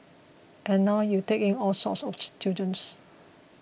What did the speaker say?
and now you take in all sorts of students